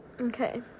Okay